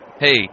Hey